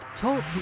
talk